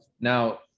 now